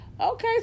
okay